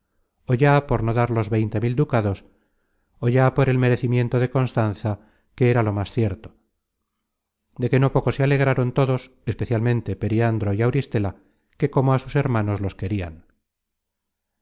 ó ya por no dar los veinte mil ducados ó ya por el merecimiento de constanza que era lo más cierto de que no poco se alegraron todos especialmente periandro y auristela que como a sus hermanos los querian